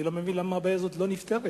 אני לא מבין למה הבעיה הזאת לא נפתרת.